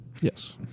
Yes